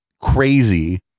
crazy